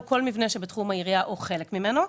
הוא: "כל מבנה שבתחום העירייה או חלק ממנו,